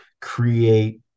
create